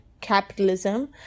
capitalism